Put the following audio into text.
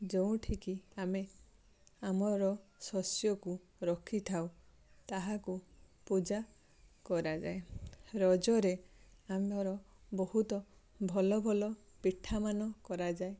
ଯେଉଁଠି କି ଆମେ ଆମର ଶସ୍ୟକୁ ରଖିଥାଉ ତାହାକୁ ପୂଜା କରାଯାଏ ରଜରେ ଆମର ବହୁତ ଭଲ ଭଲ ପିଠା ମାନ କରାଯାଏ